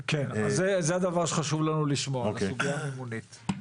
כן, אז זה הדבר שחשוב לנו לשמוע, הסוגיה המימונית.